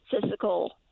physical